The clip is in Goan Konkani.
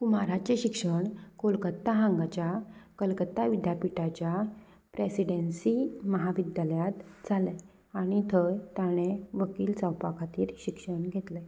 कुमाराचें शिक्षण कोलकत्ता हांगाच्या कलकत्ता विद्यापिठाच्या प्रेसिडेन्सी महाविद्यालयात जाले आनी थंय ताणें वकील जावपा खातीर शिक्षण घेतलें